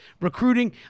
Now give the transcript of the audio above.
recruiting